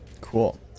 Cool